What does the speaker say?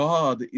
God